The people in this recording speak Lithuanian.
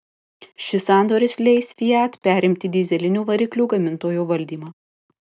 šis sandoris leis fiat perimti dyzelinių variklių gamintojo valdymą